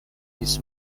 his